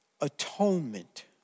atonement